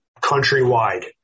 countrywide